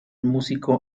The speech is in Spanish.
músico